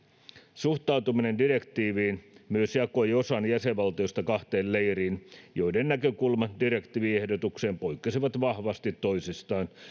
suhtautuminen direktiiviin myös jakoi osan jäsenvaltiosta kahteen leiriin joiden näkökulmat direktiiviehdotukseen poikkesivat vahvasti toisistaan